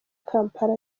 kampala